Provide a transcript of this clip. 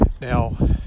Now